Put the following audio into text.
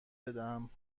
بدهم